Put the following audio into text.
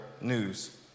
news